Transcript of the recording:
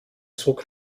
sog